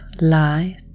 light